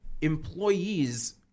employees